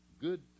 good